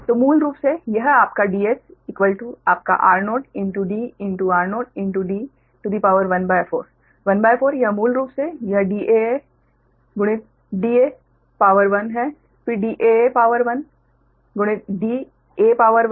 तो मूल रूप से यह आपका Dsr0dr0d14 1 भागित 4 मूल रूप से यह daa गुणित da है फिर daa गुणित daa